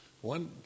One